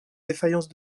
défaillance